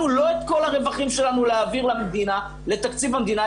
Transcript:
לא את כל הרווחים שלנו להעביר לתקציב המדינה,